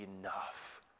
enough